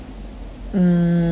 mm